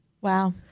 Wow